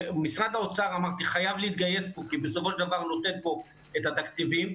משרד האוצר חייב להתגייס כי בסופו של דבר הוא נותן פה את התקציבים.